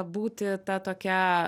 būti ta tokia